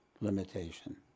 limitation